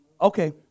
okay